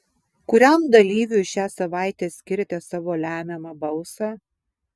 kuriam dalyviui šią savaitę skiriate savo lemiamą balsą